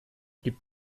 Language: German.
gibt